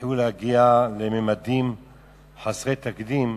התחילו להגיע לממדים חסרי תקדים,